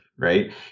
Right